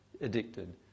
addicted